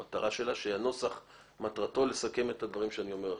מטרתו של הנוסח לסכם את הדברים שאני אומר עכשיו.